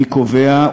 אני קובע,